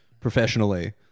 professionally